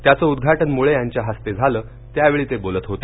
त्याचं उदघाटन मुळे यांच्या हस्ते झाले यावेळी ते बोलत होते